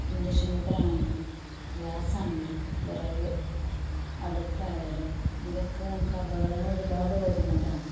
induction കുക്കറാണെങ്കിലും ഗ്യാസാണെങ്കിലും വിറക് അടുപ്പ് ആയാലും ഇതൊക്കെ നമുക്ക് അപകടങ്ങൾ ഒരുപാട് വരുന്നതാണ്